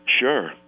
sure